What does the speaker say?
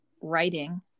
writing